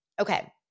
Okay